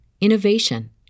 innovation